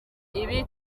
ibi